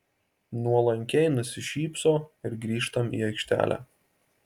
nuolankiai nusišypso ir grįžtam į aikštelę